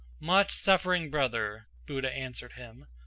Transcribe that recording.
much suffering-brother, buddha answered him,